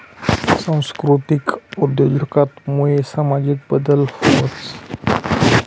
सांस्कृतिक उद्योजकता मुये सामाजिक बदल व्हतंस